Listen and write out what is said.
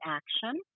action